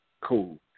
cool